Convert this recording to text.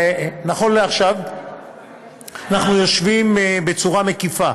נכון לעכשיו אנחנו יושבים בצורה מקיפה